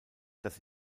dass